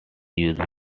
usual